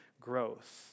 growth